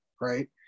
right